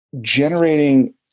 generating